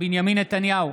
בנימין נתניהו,